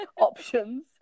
options